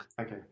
Okay